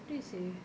!aduh! seh